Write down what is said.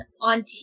on